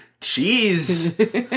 cheese